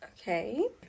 Okay